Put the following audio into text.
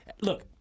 Look